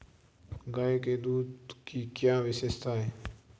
गाय के दूध की क्या विशेषता है?